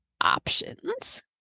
options